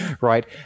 Right